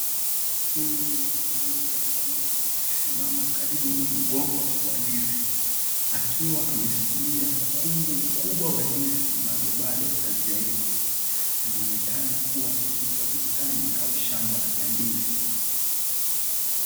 Huyu ni mwanamume mkulima akisimama karibu na mgomba wa ndizi, akiwa ameshikilia mkungu mkubwa wa ndizi ambazo bado hazijaiva, anaonekana kuwa katika bustani au shamba la ndizi.